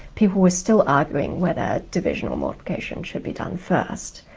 people were still arguing whether division or multiplication should be done first,